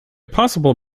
possible